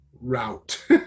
route